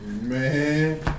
Man